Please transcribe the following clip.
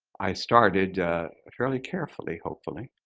i started fairly carefully, hopefully,